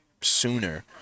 sooner